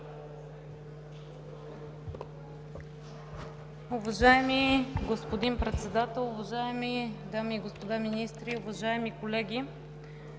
Уважаеми господин Председател, уважаеми дами и господа министри, уважаеми колеги!